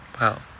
wow